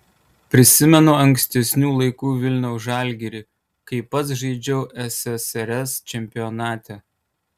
prisimenu ankstesnių laikų vilniaus žalgirį kai pats žaidžiau ssrs čempionate